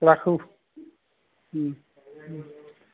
ৰাখোঁ